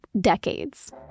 decades